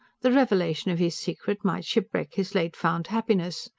the revelation of his secret might shipwreck his late-found happiness.